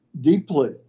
deeply